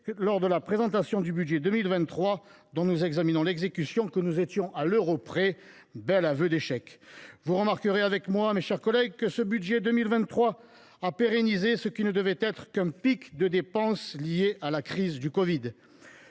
lors de la présentation du projet de budget pour 2023, dont nous examinons aujourd’hui l’exécution, que nous étions « à l’euro près ». Bel aveu d’échec ! Vous remarquez avec moi, mes chers collègues, que le budget de 2023 a pérennisé ce qui ne devait être qu’un pic de dépenses lié à la crise du covid